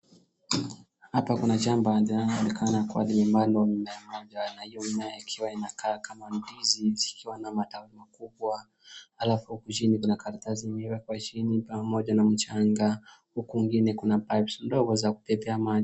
Hapa kuna shamba ambao linaonekana kuwa ni ambalo na hiyo mimea ikiwa inakaa kama ndizi zikiwa na matawi makubwa alafu huku chini kuna karatasi imewekwa chini pamoja na mchanga, huku kwingine kuna pipe ndogo za kubebea maji.